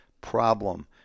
problem